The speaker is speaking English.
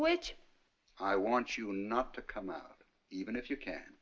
which i want you not to come out even if you can